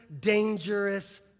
dangerous